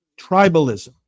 Tribalism